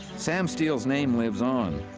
sam steele's name lives on.